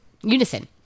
unison